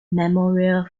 memorial